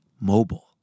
mobile